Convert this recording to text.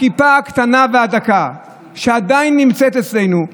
הכיפה הקטנה והדקה שעדיין נמצאת אצלנו,